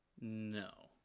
no